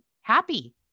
Happy